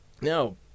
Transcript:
now